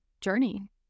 journey